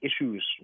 issues